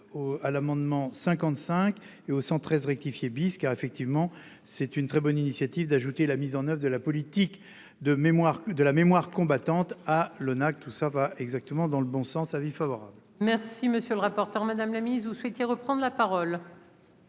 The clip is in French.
à l'amendement 55 et aux 113 rectifié bis car effectivement c'est une très bonne initiative d'ajouter la mise en oeuvre de la politique. De mémoire de la mémoire combattante à le ONAC tout ça va exactement dans le bon sens. Avis favorable. Merci monsieur le rapporteur. Madame la Ministre ou souhaité reprendre la parole.